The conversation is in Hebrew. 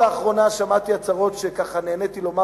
לאחרונה שמעתי הצהרות ונהניתי לומר